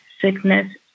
sickness